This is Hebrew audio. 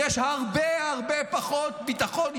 יש הרבה הרבה פחות ביטחון אישי.